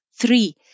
Three